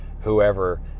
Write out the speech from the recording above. whoever